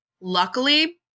Luckily